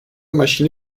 maschine